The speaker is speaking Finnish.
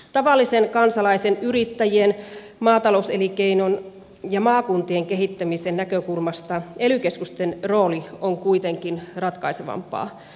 tavallisen kansalaisen yrittäjien maatalouselinkeinon ja maakuntien kehittämisen näkökulmasta ely keskusten rooli on kuitenkin ratkaisevampaa